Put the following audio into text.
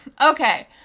okay